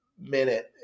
minute